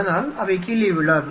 அதனால் அவை கீழே விழாது